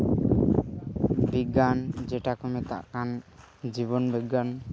ᱵᱤᱜᱽᱜᱟᱱ ᱡᱮᱴᱟ ᱠᱚ ᱢᱮᱛᱟᱜ ᱠᱟᱱ ᱡᱤᱵᱚᱱ ᱵᱤᱜᱽᱜᱟᱱ